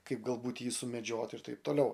kaip galbūt jį sumedžioti ir taip toliau